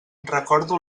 recordo